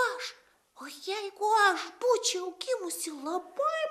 aš o jeigu aš būčiau gimusi labai